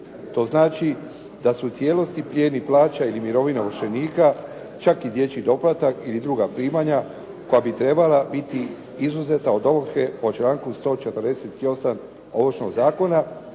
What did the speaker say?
To znači da se u cijelosti plijeni plaća ili mirovina ovršenika, čak i dječji doplatak ili druga primanja koja bi trebala biti izuzeta od ovrhe po članku 148. Ovršnog zakona